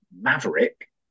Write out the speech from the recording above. Maverick